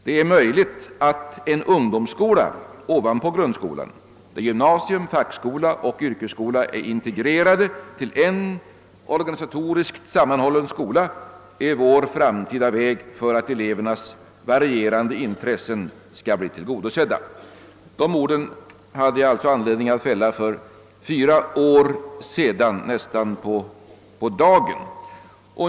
——— Det är möjligt, att en ungdomsskola ovanpå grundskolan, där gymnasium, fackskola och yrkesskola är integrerade till en organisatoriskt sammanhållen skola, är vår framtida väg för att elevernas varierande intressen skall bli tillgodosedda.» Dessa ord hade jag anledning att fälla för fyra år sedan, nästan på dagen.